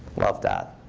love, dad.